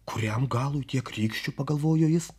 kuriam galui tiek rykščių pagalvojo jis